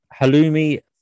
Halloumi